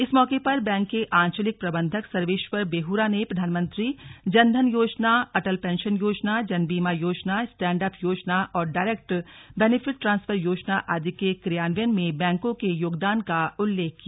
इस मौके पर बैंक के आंचलिक प्रबंधक सर्वेश्वर बेहुरा ने प्रधानमंत्री जन धन योजना अटल पेंशन योजना जन बीमा योजना स्टैंड अप योजना और डायरेक्ट बेनिफिट ट्रांसफर योजना आदि के क्रियान्वयन में बैंकों के योगदान का उल्लेख किया